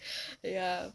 ya